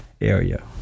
area